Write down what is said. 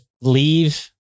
leave